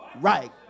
right